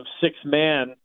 six-man